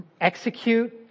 execute